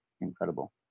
incredible